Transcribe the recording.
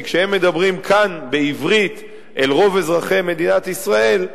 כי כשהם מדברים כאן בעברית אל רוב אזרחי מדינת ישראל,